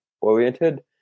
oriented